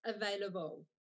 available